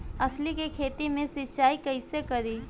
अलसी के खेती मे सिचाई कइसे करी?